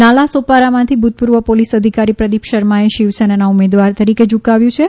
નાલા સોપારામાંથી ભૂતપૂર્વ પોલીસ અધિકારી પ્રદિપ શર્માએ શિવસેનાના ઉમેદવાર તરીકે ઝુંકાવ્યું છે